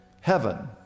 Heaven